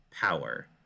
power